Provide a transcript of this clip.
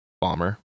bomber